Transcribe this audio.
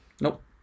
Nope